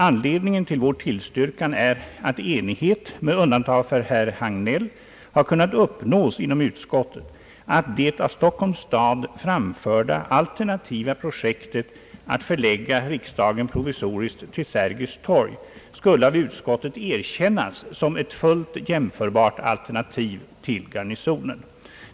Anledningen till vår tillstyrkan är att enig het — med undantag av herr Hagnell — har kunnat uppnås inom utskottet om att det av Stockholms stad framförda alternativa projektet att förlägga riksdagen provisoriskt till Sergels torg skulle av utskottet erkännas som ett fullt jämförbart alternativ till Garnisons-projektet.